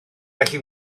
felly